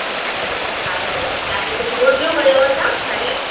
अच्छा मैडम हा मैडम तव्हांखे कुझु घुरिज हुयव छा हाणे